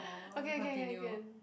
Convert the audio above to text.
okay okay can can